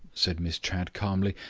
said miss chadd calmly.